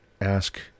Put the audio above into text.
ask